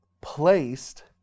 placed